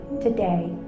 today